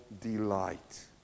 delight